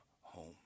home